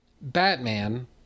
Batman